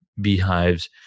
Beehives